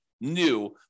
new